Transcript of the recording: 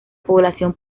población